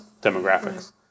demographics